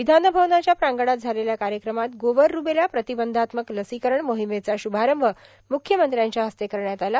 विधानभवनाच्या प्रांगणात झालेल्या कार्यक्रमात गोवर रुबेला प्रतिबंधात्मक लसीकरण मोहिमेचा श्भारंभ मुख्यमंत्र्यांच्या हस्ते करण्यात आला